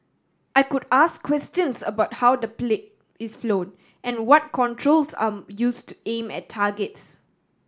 I could ask questions about how the plane is flowed and what controls are used aim at targets